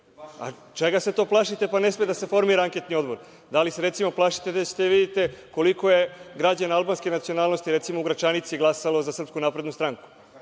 Čega se to plašite, pa ne sme da se formira anketni odbor? Da li se, recimo, plašite da ćete da vidite koliko je građana albanske nacionalnosti, recimo, u Gračanici glasalo za SNS, da su